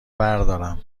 بردارم